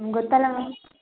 ಗೊತ್ತಲ್ಲ ಮ್ಯಾಮ್